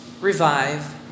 revive